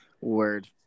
Word